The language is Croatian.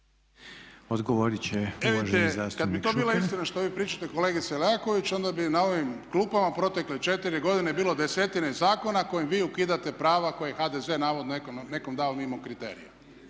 Odgovoriti će uvaženi zastupnik. **Šuker, Ivan (HDZ)** Kada bi to bila istina što vi pričate kolegice Leaković onda bi na ovim klupama protekle 4 godine bilo desetine zakona kojima vi ukidate prava koje je HDZ navodno nekom dao mimo kriterija.